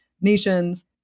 nations